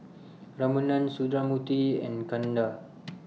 Ramanand Sundramoorthy and Chanda